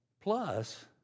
plus